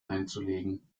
einzulegen